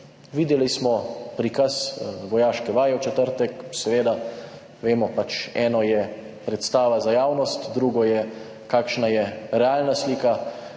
Videli smo prikaz vojaške vaje v četrtek. Seveda vemo, eno je predstava za javnost, drugo je, kakšna je realna slika.